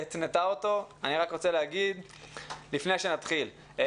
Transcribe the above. לפני שנתחיל,